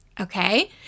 Okay